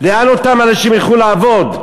לאן אותם אנשים ילכו לעבוד?